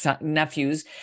nephews